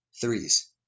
threes